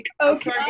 Okay